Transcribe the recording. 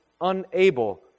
unable